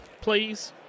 please